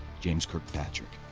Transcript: james kirkpatrick.